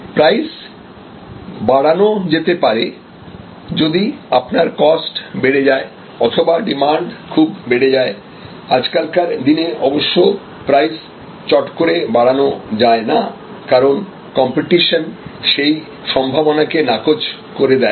price বাড়ানো যেতে পারে যদি আপনার কস্ট বেড়ে যায় অথবা ডিমান্ড খুব বেড়ে যায় আজকালকার দিনে অবশ্য প্রাইস চট করে বাড়ানো যায় না কারণ কম্পিটিশন সেই সম্ভাবনাকে নাকচ করে দেয়